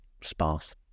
sparse